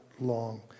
long